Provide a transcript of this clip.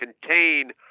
contain